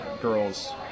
girls